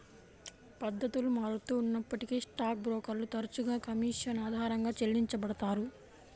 పద్ధతులు మారుతూ ఉన్నప్పటికీ స్టాక్ బ్రోకర్లు తరచుగా కమీషన్ ఆధారంగా చెల్లించబడతారు